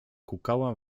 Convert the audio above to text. kukała